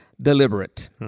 deliberate